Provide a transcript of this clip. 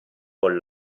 con